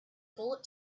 bullet